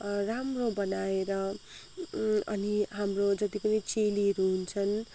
राम्रो बनाएर अनि हाम्रो जति पनि चेलीहरू हुन्छन्